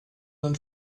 and